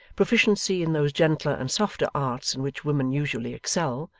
proficiency in those gentler and softer arts in which women usually excel,